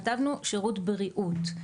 כתבנו שירות בריאות.